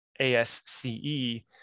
ASCE